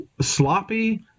sloppy